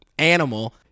animal